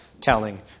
telling